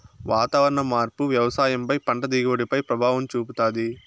వాతావరణ మార్పు వ్యవసాయం పై పంట దిగుబడి పై ప్రభావం చూపుతాది